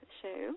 show